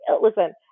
Listen